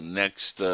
next